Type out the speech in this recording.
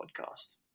podcast